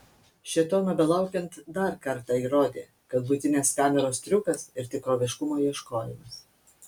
šėtono belaukiant dar kartą įrodė kad buitinės kameros triukas ir tikroviškumo ieškojimas